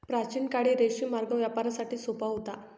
प्राचीन काळी रेशीम मार्ग व्यापारासाठी सोपा होता